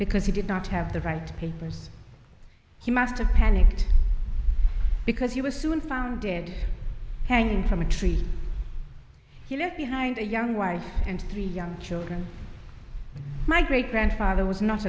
because he did not have the right papers he must have panicked because he was soon found dead hanging from a tree he left behind a young wife and three young children my great grandfather was no